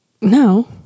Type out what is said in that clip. no